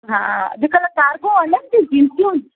हा अॼुकल्ह कारगो हलनि थी जीन्सूं